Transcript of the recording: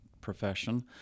profession